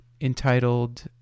entitled